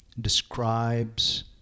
describes